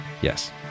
yes